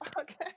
Okay